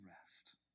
rest